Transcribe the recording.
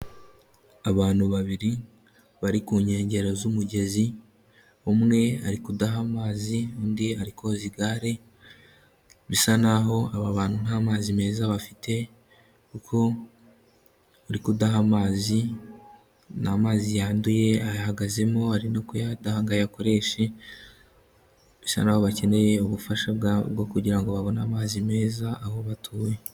Abantu babiri bari ku nkengero z'umugezi. Umwe arikudaha amazi undi arikoza igare. Bisa naho aba bantu nta mazi meza bafite kuko barikudaha amazi. Ni amazi yanduye ayahagazemo ari no kuyatanga ngo ayakoreshe. Bisa naho bakeneye ubufasha bwabo bwo kugira ngo babone amazi meza aho batuye.